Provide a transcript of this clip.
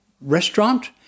restaurant